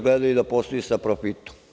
Gledaju da posluju sa profitom.